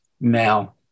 now